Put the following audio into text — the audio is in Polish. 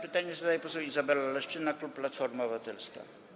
Pytanie zadaje poseł Izabela Leszczyna, klub Platforma Obywatelska.